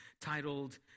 titled